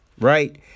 right